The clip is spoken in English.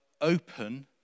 open